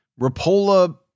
Rapola